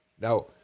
Now